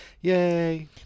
yay